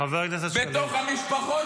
מה עם היושב-ראש שלך?